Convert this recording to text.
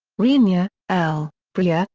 renier, l, bruyer,